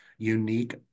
unique